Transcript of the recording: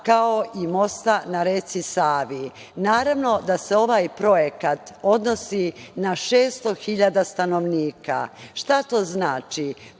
kao i mosta na reci Savi. Naravno da se ovaj projekat odnosi na 600 hiljada stanovnika. Šta to znači?